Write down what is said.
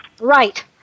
Right